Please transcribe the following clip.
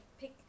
pick